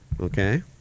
Okay